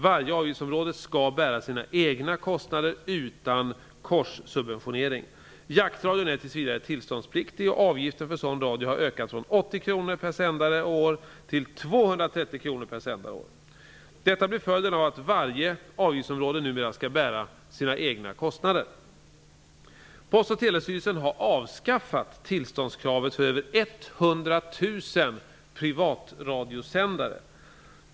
Varje avgiftsområde skall bära sina egna kostnader utan korssubventionering. Jaktradion är tills vidare tillståndspliktig, och avgiften för sådan radio har ökat från 80 kr per sändare och år till 230 kr per sändare och år. Detta blir följden av att varje avgiftsområde numera skall bära sina egna kostnader. privatradioanvändare.